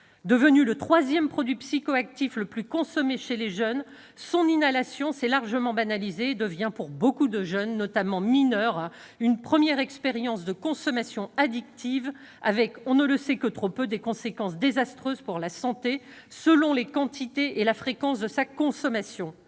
devenu le troisième produit psychoactif le plus consommé chez les jeunes. Son inhalation s'est largement banalisée et devient pour de nombreux jeunes, notamment mineurs, une première expérience de consommation addictive, avec- on ne le sait que trop peu -des conséquences désastreuses pour la santé, selon les quantités et la fréquence de sa consommation.